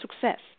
success